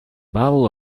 battle